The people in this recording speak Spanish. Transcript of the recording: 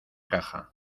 caja